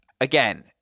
again